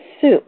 soup